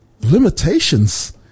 Limitations